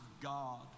God